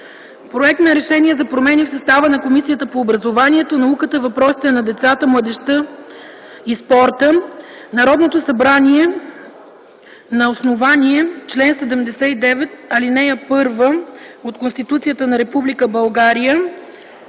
„Проект за РЕШЕНИЕ за промени в състава на Комисията по образованието, науката и въпросите на децата, младежта и спорта Народното събрание на основание чл. 79, ал. 1 от Конституцията на Република България